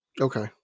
Okay